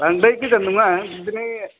बांद्राय गोजान नङा बिदिनो